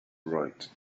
right